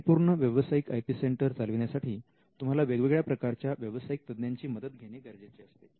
एक परिपूर्ण व्यवसायिक आय पी सेंटर चालविण्यासाठी तुम्हाला वेगवेगळ्या प्रकारच्या व्यावसायिक तज्ञांची मदत घेणे गरजेचे असते